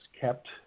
kept